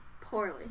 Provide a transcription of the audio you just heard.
Poorly